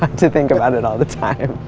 to think about it all the time.